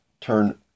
turn